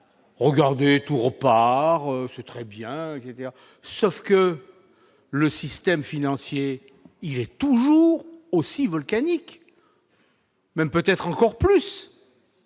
regarder tout report, c'est très bien, je vais dire, sauf que le système financier il est. Toujours aussi volcanique. Même peut-être encore plus.